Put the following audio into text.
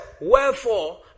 Wherefore